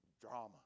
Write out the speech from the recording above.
Drama